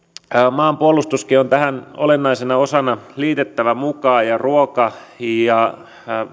maanpuolustuskin on tähän olennaisena osana liitettävä mukaan ruoka ja